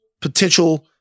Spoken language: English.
potential